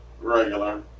Regular